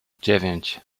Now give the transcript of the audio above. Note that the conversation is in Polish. dziewięć